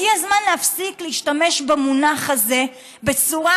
הגיע הזמן להפסיק להשתמש במונח הזה בצורה